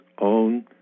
own